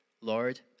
Lord